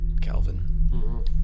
Calvin